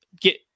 get